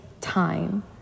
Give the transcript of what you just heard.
time